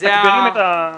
מתגברים את התוכנית.